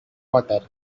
water